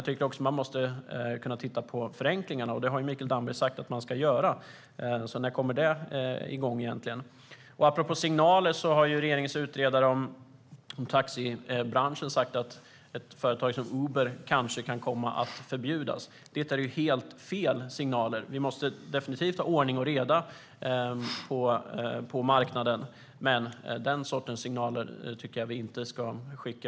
Då tycker jag att man också måste kunna titta på förenklingar, och det har Mikael Damberg sagt att man ska göra. När kommer det igång egentligen? Apropå signaler har regeringens utredare när det gäller taxibranschen sagt att ett företag som Uber kanske kan komma att förbjudas. Det är helt fel signaler. Vi måste definitivt ha ordning och reda på marknaden, men den sortens signaler tycker jag inte att vi ska skicka.